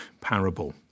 parable